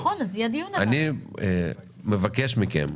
אני מבקש מכם,